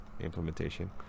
implementation